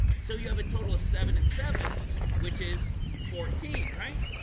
so you have a total of seven and seven which is fourteen right.